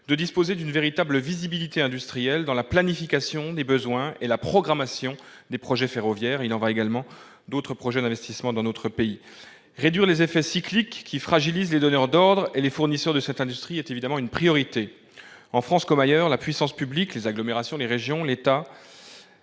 de disposer d'une véritable visibilité industrielle dans la planification des besoins et la programmation des projets ferroviaires. Il en va de même pour d'autres projets d'investissement dans notre pays. Réduire les effets cycliques, qui fragilisent les donneurs d'ordre et les fournisseurs de cette industrie, est évidemment une priorité. En France, comme ailleurs, la puissance publique- les agglomérations, les régions, l'État